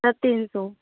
sir ਤਿੰਨ ਸੌ